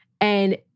and-